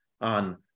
On